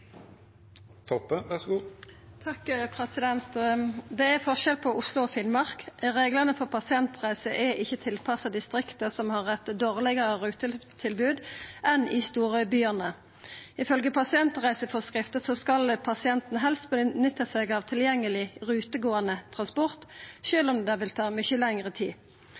Det er forskjell på Oslo og Finnmark. Reglane for pasientreiser er ikkje tilpassa distrikta, som har eit dårlegare rutetilbod enn storbyane. Ifølgje pasientreiseforskrifta skal pasientane helst nytta tilgjengeleg rutegåande transport, sjølv om det vil ta mykje lengre tid,